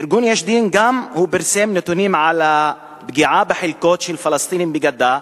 ארגון "יש דין" גם פרסם נתונים על הפגיעה בחלקות של פלסטינים בגדה,